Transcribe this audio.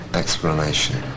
explanation